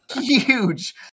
huge